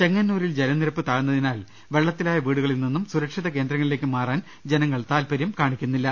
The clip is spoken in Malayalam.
ചെങ്ങന്നൂരിൽ ജലനിരപ്പ് താഴ്ന്നതിനാൽ വെള്ളത്തിലായ വീടുകളിൽ നിന്നും സുരക്ഷിത കേന്ദ്രങ്ങളിലേക്ക് മാറാൻ ജനങ്ങൾ താൽപ ര്യം കാണിക്കുന്നില്ല